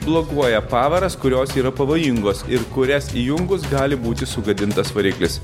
blokuoja pavaras kurios yra pavojingos ir kurias įjungus gali būti sugadintas variklis